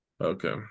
Okay